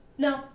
No